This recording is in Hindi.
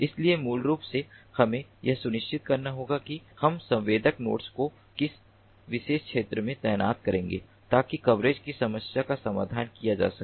इसलिए मूल रूप से हमें यह सुनिश्चित करना होगा कि हम संवेदक नोड्स को किसी विशेष क्षेत्र में कैसे तैनात करेंगे ताकि कवरेज की समस्या का समाधान किया जा सके